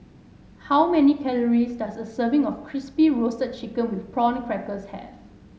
how many calories does a serving of Crispy Roasted Chicken with Prawn Crackers have